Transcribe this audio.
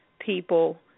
people